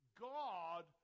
God